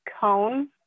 Cone